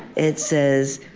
it says,